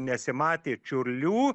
nesimatė čiurlių